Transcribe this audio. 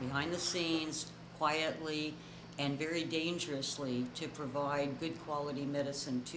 behind the scenes quietly and very dangerously to provide good quality medicine to